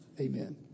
amen